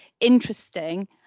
interesting